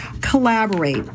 Collaborate